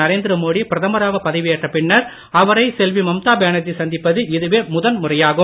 நரேந்திர மோடி பிரதமராக பதவியேற்ற பின்னர் அவரை செல்வி மம்தா பேனர்ஜி சந்திப்பது இதுவே முதல் முறையாகும்